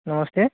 नमस्ते